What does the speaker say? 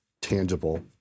tangible